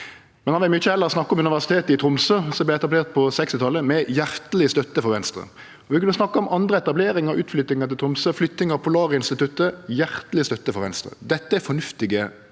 Men han vil mykje heller snakke om Universitetet i Tromsø, som vart etablert på 1960-talet med hjarteleg støtte frå Venstre. Vi kunne snakka om andre etableringar og utflyttingar til Tromsø. Flyttinga av Polarinstituttet fekk hjarteleg støtte frå Venstre. Dette er fornuftige vedtak,